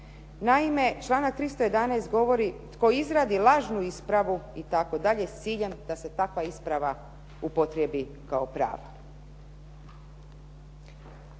Naime, članak 311. govori tko izradi lažnu ispravu itd. s ciljem da se takva isprava upotrijebi kao prava.